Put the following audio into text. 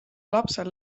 lapsel